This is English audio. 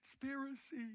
conspiracy